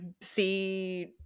see